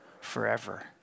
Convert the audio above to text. forever